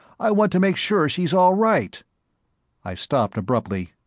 i want to make sure she's all right i stopped abruptly.